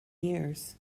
years